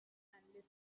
and